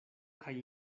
kaj